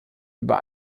über